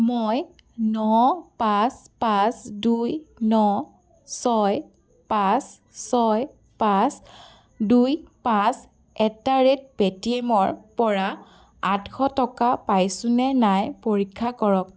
মই ন পাঁচ পাঁচ দুই ন ছয় পাঁচ ছয় পাঁচ দুই পাঁচ at the rate pay T এমৰ পৰা আঠশ টকা পাইছোঁনে নাই পৰীক্ষা কৰক